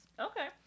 Okay